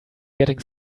getting